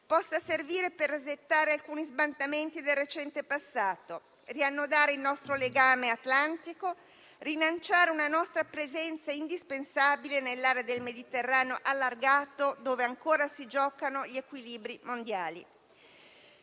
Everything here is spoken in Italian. possa servire per resettare alcuni sbandamenti del recente passato, riannodare il nostro legame atlantico, rilanciare una nostra presenza indispensabile nell'area del Mediterraneo allargato, dove ancora si giocano gli equilibri mondiali.